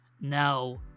Now